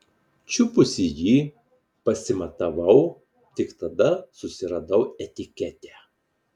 čiupusi jį pasimatavau tik tada susiradau etiketę